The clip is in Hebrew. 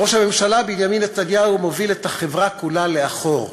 ראש הממשלה בנימין נתניהו מוביל את החברה כולה לאחור.